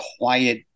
quiet